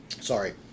Sorry